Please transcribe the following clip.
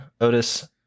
Otis